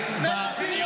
קריב,